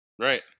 right